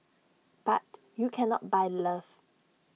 but you cannot buy love